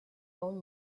own